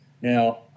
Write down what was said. Now